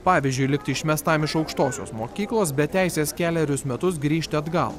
pavyzdžiui likti išmestam iš aukštosios mokyklos be teisės kelerius metus grįžti atgal